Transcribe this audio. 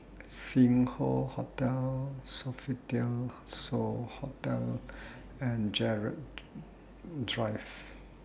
Sing Hoe Hotel Sofitel So Hotel and Gerald Drive